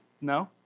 No